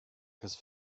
his